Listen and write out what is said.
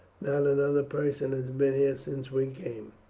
not another person has been here since we came.